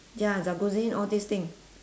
ya jacuzzi all these thing